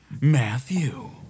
Matthew